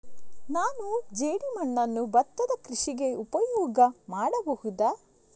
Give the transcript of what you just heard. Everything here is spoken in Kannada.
ನಾನು ಜೇಡಿಮಣ್ಣನ್ನು ಭತ್ತದ ಕೃಷಿಗೆ ಉಪಯೋಗ ಮಾಡಬಹುದಾ?